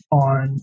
on